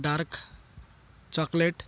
dark chocolate